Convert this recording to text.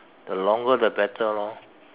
the longer the better lor